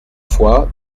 fois